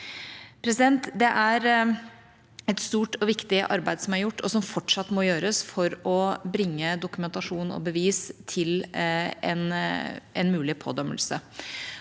er skyldige. Det er et stort og viktig arbeid som er gjort, og som fortsatt må gjøres for å bringe dokumentasjon og bevis til en mulig pådømmelse.